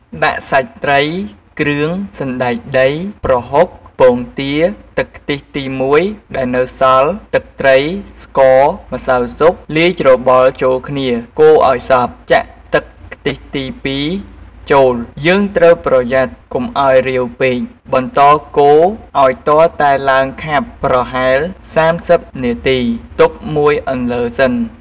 ដាក់សាច់ត្រី គ្រឿង សណ្ដែកដី ប្រហុក ពងទា ទឹកខ្ទិះទីមួយដែលនៅសល់ ទឹកត្រី ស្ករ ម្សៅស៊ុប លាយច្របល់ចូលគ្នាកូរឲ្យសព្វ ចាក់ទឹកខ្ទិះទី២ចូល យើងត្រូវប្រយ័ត្នកុំឲ្យរាវពេក បន្តកូរឲ្យទាល់តែឡើងខាប់ប្រហែល៣០នាទី ទុកមួយអន្លើសិន។